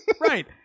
right